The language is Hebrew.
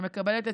שמקבלת,